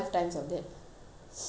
I cannot play lah